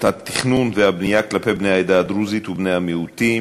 תכנון ובנייה כלפי בני העדה הדרוזית ובני מיעוטים,